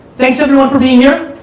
thanks everyone for being here.